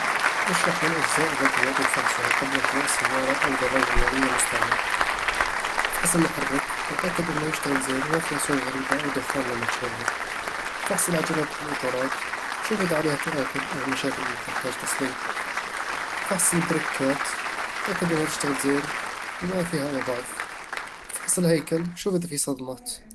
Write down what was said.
اشرح ما الأجزاء التي يجب فحصها قبل شراء سيارة أو دراجة نارية مستعملة فحص المحرك وتأكد إنه يشتغل زين وما فيه أصوات غريبة أو دخان لما تشغّله فحص العجلات والإطارات وشوف إذا عليها تآكل أو مشاكل تحتاج تصليح فحص البريكات وتأكد إنها تشتغل زين وما فيها أي ضعف فحص الهيكل وشوف إذا فيه صدمات